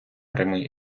прямий